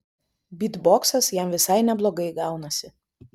bytboksas jam visai neblogai gaunasi